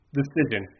decision